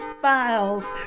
Files